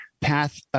Path